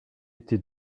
été